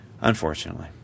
Unfortunately